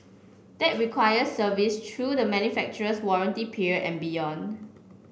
that requires service through the manufacturer's warranty period and beyond